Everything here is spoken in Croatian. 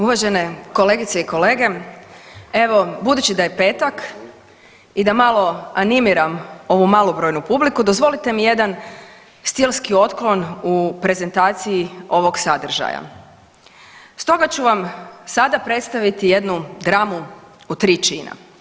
Uvažene kolegice i kolege, evo, budući da je petak i da malo animiram ovu malobrojnu publiku, dozvolite mi jedan stilski otklon u prezentaciji ovog sadržaja, stoga ću vam sada predstaviti jednu dramu u tri čina.